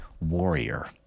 warrior